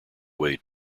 way